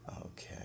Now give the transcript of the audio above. okay